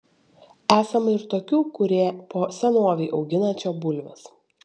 esama ir tokių kurie po senovei augina čia bulves